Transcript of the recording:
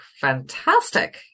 fantastic